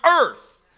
earth